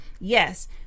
yes